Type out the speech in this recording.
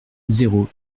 zéro